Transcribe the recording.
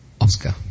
Oscar